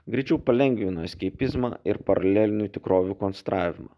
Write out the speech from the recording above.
greičiau palengvino eskeipizmą ir paralelinį tikrovių konstravimą